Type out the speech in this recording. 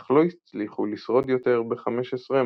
אך לא הצליחו לשרוד יותר ב-15°C.